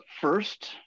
First